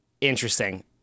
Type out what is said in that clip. interesting